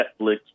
Netflix